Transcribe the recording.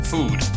Food